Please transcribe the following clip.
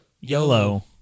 YOLO